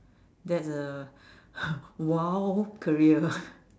that is a !wow! career